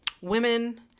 women